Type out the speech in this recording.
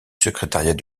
secrétariat